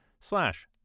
slash